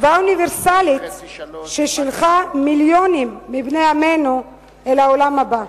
והאוניברסלית ששילחה מיליונים מבני עמנו אל העולם הבא.